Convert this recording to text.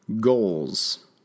goals